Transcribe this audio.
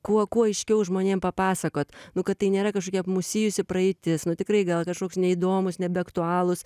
kuo kuo aiškiau žmonėm papasakot nu kad tai nėra kažkokia apmūsijusi praeitis nu tikrai gal kažkoks neįdomūs nebeaktualūs